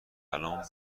الان